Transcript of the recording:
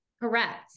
correct